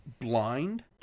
blind